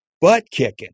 butt-kicking